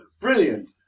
Brilliant